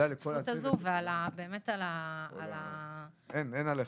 תודה רבה לכל הצוות, אין כמוכם.